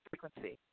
frequency